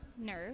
nerve